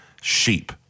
sheep